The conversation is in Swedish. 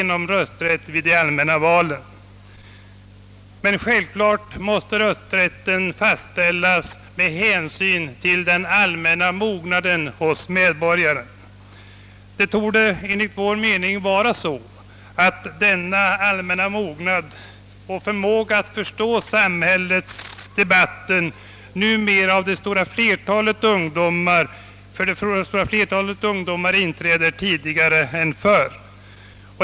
Naturligtvis måste rösträtten fastställas med hänsyn till den allmänna mognaden hos medborgaren. Det torde dock förhålla sig så, att denna allmänna mognad och förmåga att förstå samhällsdebatter numera hos det stora flertalet ungdomar inträder tidigare än förr.